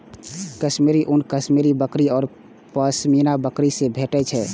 कश्मीरी ऊन कश्मीरी बकरी आ पश्मीना बकरी सं भेटै छै